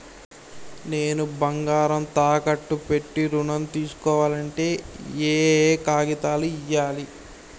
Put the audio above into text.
నేను బంగారం తాకట్టు పెట్టి ఋణం తీస్కోవాలంటే ఏయే కాగితాలు ఇయ్యాలి?